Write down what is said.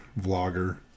vlogger